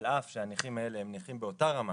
על אף שהנכים האלה הם נכים באותה רמה